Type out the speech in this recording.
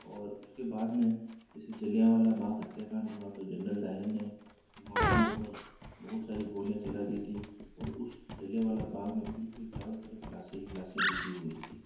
और उसके बाद में जैसे जलियांवाला बाग हत्याकांड हुआ तो जनरल डायर ने मासूमों पर बहुत सारी गोलियाँ चला दी थी और उस जलियांवाला बाग में बिल्कुल चारों तरफ लासे ही लासे बिखरी हुई थी